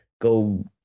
go